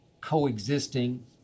coexisting